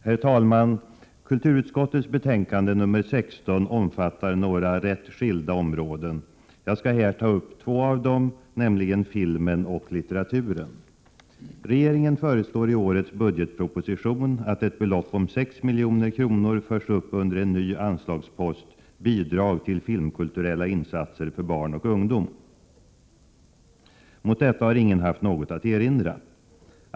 Herr talman! Kulturutskottets betänkande nr 16 omfattar några rätt skilda områden. Jag skall här ta upp två av dem, nämligen filmen och litteraturen. Regeringen föreslår i årets budgetproposition att ett belopp om 6 milj.kr. förs upp under en ny anslagspost, Bidrag till filmkulturella insatser för barn och ungdom. Mot detta har ingen haft något att erinra.